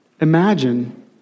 Imagine